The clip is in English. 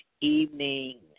evening